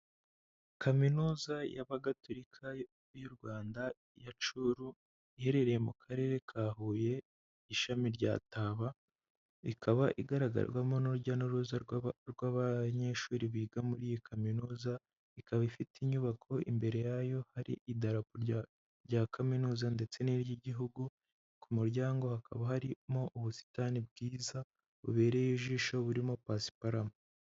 Kaminuza y'abagatolika y'urwanda ya CRU iherereye mu karere ka huye ishami rya taba, ikaba igaragarwamo urujya n'uruza rw'abanyeshuri biga muri iyi kaminuza, ikaba ifite inyubako imbere yayo hari idarapo rya kaminuza ndetse n'iry'igihugu, ku muryango hakaba harimo ubusitani bwiza bubereye ijisho burimo pasaparamu.